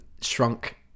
shrunk